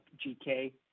GK